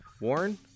Warren